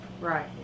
Right